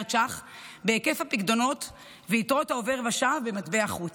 מיליארד ש"ח בהיקף הפיקדונות ויתרות העובר ושב במטבע חוץ.